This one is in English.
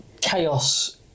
chaos